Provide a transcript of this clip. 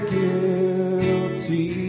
guilty